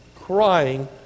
Crying